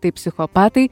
tai psichopatai